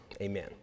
amen